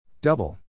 Double